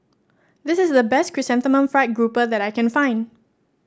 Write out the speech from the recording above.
this is the best Chrysanthemum Fried Grouper that I can find